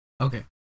Okay